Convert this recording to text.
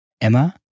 Emma